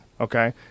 okay